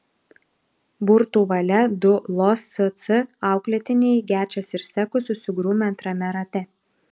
burtų valia du losc auklėtiniai gečas ir sekus susigrūmė antrame rate